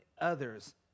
others